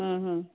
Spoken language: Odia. ହୁଁ ହୁଁ